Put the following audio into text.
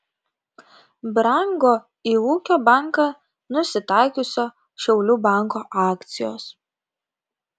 brango į ūkio banką nusitaikiusio šiaulių banko akcijos